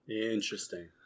Interesting